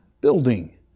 building